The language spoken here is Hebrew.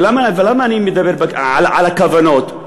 ולמה אני מדבר על הכוונות?